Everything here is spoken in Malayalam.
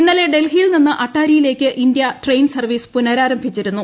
ഇന്നലെ ഡൽഹിയിൽ നിന്ന് അട്ടാരിയിലേക്ക് ഇന്ത്യ ട്രെയിൻ സർവ്വീസ് പുനരാരംഭിച്ചിരുന്നു